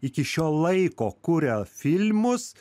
iki šio laiko kuria filmus